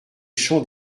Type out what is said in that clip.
champs